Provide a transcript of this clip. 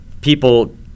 people